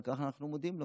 ועל כך אנחנו מודים לו.